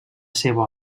seva